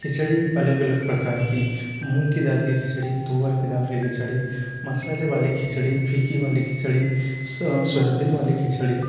खिचड़ी अलग अलग प्रकार की मूंग की दाल की खिचड़ी तुअर की दाल की खिचड़ी मशाले वाली खिचड़ी फीकी वाली खिचड़ी सोयाबीन वाली खिचड़ी